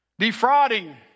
defrauding